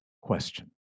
question